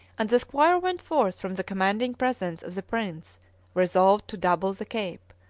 and the squire went forth from the commanding presence of the prince resolved to double the cape,